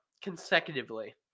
consecutively